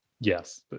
Yes